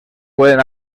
pueden